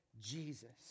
Jesus